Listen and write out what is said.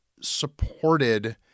supported